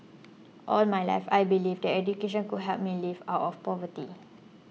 all my life I believed that education could help me lift out of poverty